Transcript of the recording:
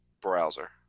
browser